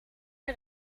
hij